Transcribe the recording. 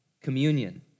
Communion